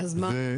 אז מה?